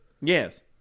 yes